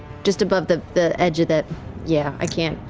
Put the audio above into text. just above the the edge of that yeah, i can't.